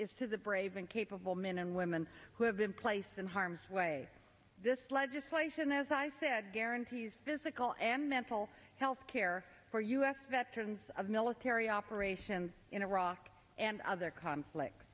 is to the brave and capable men and women who have been placed in harm's way this legislation as i said guarantees physical and mental health care for us veterans of military operations in iraq and other conflicts